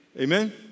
Amen